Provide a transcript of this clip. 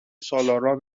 سالاران